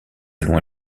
allons